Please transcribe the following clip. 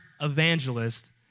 evangelist